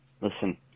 Listen